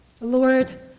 Lord